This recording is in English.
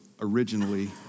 originally